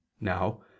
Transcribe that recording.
Now